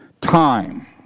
time